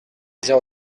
zéro